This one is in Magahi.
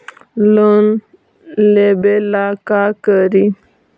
लोन लेबे ला का करि?